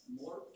more